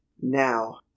now